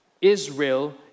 Israel